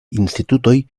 institutoj